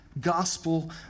gospel